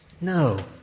No